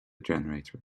generator